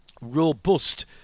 robust